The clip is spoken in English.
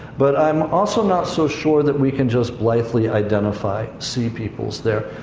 but i'm also not so sure that we can just blithely identify sea peoples there.